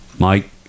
Mike